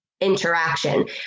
interaction